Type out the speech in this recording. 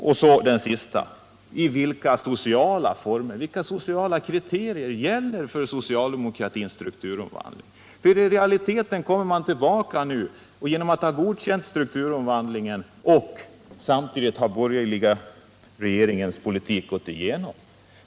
Och så till sist: Vilka sociala kriterier gäller för socialdemokratins strukturomvandling? I realiteten kommer man tillbaka nu genom att ha godkänt strukturomvandlingen. Samtidigt har den borgerliga regeringens politik gått igenom.